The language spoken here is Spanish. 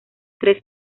tres